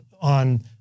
on